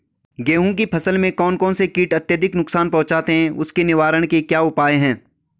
गेहूँ की फसल में कौन कौन से कीट अत्यधिक नुकसान पहुंचाते हैं उसके निवारण के क्या उपाय हैं?